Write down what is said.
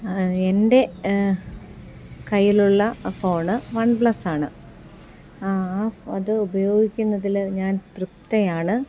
എൻ്റെ കൈയിലുള്ള phone one പ്ലസാണ് ആ അത് ഉപയോഗിക്കുന്നതിൽ ഞാൻ തൃപ്തയാണ്